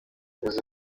bivuze